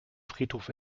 friedhof